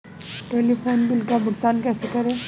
Telephone bill का भुगतान कैसे करें?